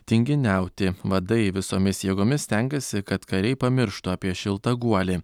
tinginiauti vadai visomis jėgomis stengiasi kad kariai pamirštų apie šiltą guolį